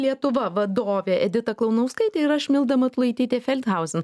lietuva vadovė edita klaunauskaitė ir aš milda matulaitytė felthauzen